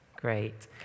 Great